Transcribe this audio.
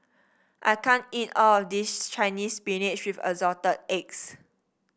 I can't eat all of this Chinese Spinach with Assorted Eggs